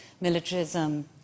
militarism